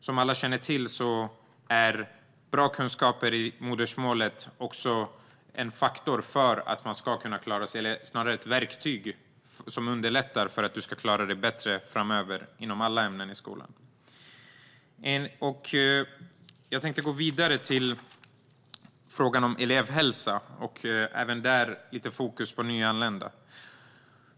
Som alla känner till är bra kunskaper i modersmålet också ett verktyg som underlättar för att du framöver ska klara dig bättre i alla ämnen i skolan. Jag tänkte gå vidare till frågan om elevhälsa, även där med fokus på nyanlända.